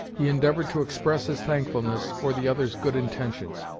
he endeavored to express his thankfulness for the other's good intentions,